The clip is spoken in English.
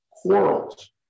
Quarrels